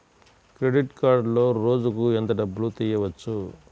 Credit కార్డులో రోజుకు ఎంత డబ్బులు తీయవచ్చు?